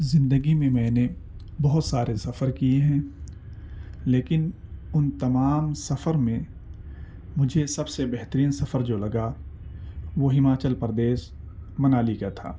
زندگی میں میں نے بہت سارے سفر کیے ہیں لیکن ان تمام سفر میں مجھے سب سے بہترین سفر جو لگا وہ ہماچل پردیش منالی کا تھا